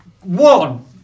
One